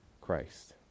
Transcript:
christ